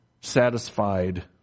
satisfied